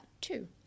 two